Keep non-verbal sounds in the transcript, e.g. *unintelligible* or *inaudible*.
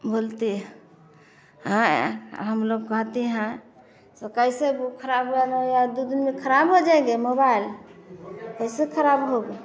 बोलती हम लोग कहती है सो कैसे वो खराब हुआ *unintelligible* दू दिन में खराब हो जाएंगे मोबाइल कैसे खराब होगा